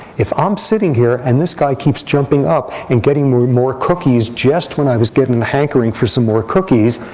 if i'm sitting here, and this guy keeps jumping up and getting me more cookies just when i was getting a hankering for some more cookies,